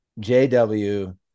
JW